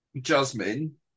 Jasmine